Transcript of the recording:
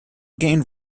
gained